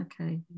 Okay